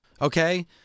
Okay